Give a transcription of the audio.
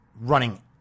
running